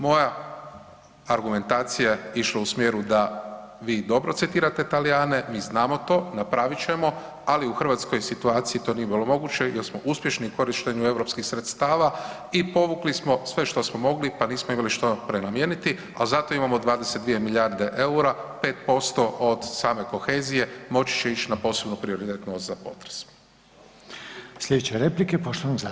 Moja argumentacija je išla u smjeru da vi dobro citirate Talijane, mi znamo to, napravit ćemo, ali u hrvatskoj situaciji to nije bilo moguće jer smo uspješni u korištenju europskih sredstava i povukli smo sve što smo mogli, pa nismo imali što prenamijeniti, al zato imamo 22 milijarde EUR-a, 5% od same kohezije moći će ić na posebno prioritetno za potres.